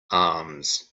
arms